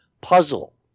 puzzle